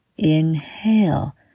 Inhale